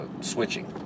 switching